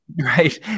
Right